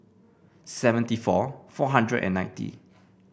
seventy four four hundred and ninety